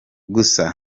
gusa